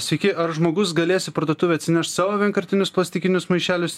sveiki ar žmogus galės į parduotuvę atsinešt savo vienkartinius plastikinius maišelius